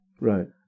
Right